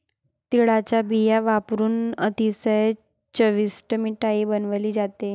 तिळाचा बिया वापरुन अतिशय चविष्ट मिठाई बनवली जाते